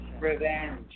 Revenge